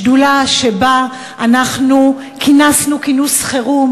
שבה כינסנו כינוס חירום